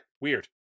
weird